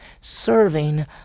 serving